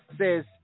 says